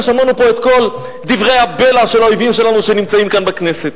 ושמענו פה את כל דברי הבלע של האויבים שלנו שנמצאים כאן בכנסת.